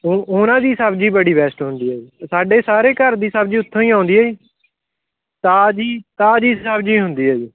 ਉਹ ਉਹਨਾਂ ਦੀ ਸਬਜ਼ੀ ਬੜੀ ਬੈਸਟ ਹੁੰਦੀ ਹੈ ਸਾਡੇ ਸਾਰੇ ਘਰ ਦੀ ਸਬਜ਼ੀ ਉੱਥੋਂ ਹੀ ਆਉਂਦੀ ਹੈ ਤਾਜ਼ੀ ਤਾਜ਼ੀ ਸਬਜ਼ੀ ਹੁੰਦੀ ਹੈ ਜੀ